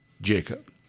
Jacob